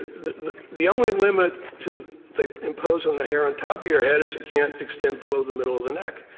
the the the only limit to they impose on the hair on the top of your head is it can't extend below the middle of the neck.